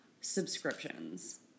subscriptions